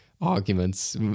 arguments